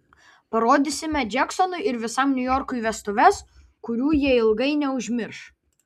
parodysime džeksonui ir visam niujorkui vestuves kurių jie ilgai neužmirš